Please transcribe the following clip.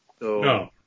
No